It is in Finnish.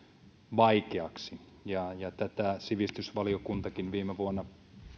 vaikeaksi tämän sivistysvaliokuntakin viime vuonna